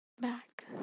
back